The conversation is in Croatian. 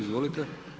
Izvolite!